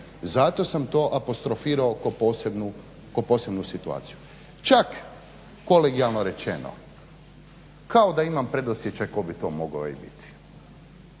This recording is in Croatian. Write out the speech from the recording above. Zato sam to apostrofirao kao posebnu situaciju. Čak kolegijalno rečeno kao da imam predosjećaj tko bi to mogao i biti